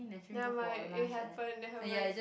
never mind it happen it happens